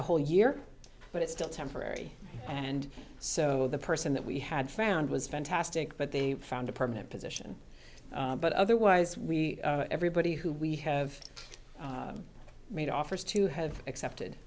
a whole year but it's still temporary and so the person that we had found was fantastic but they found a permanent position but otherwise we everybody who we have made offers to have accepted